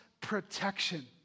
protection